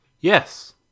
Yes